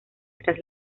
tras